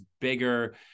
bigger